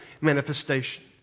manifestation